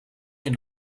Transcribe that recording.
del